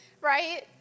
right